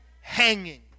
hanging